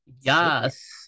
Yes